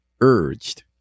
urged